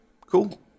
Cool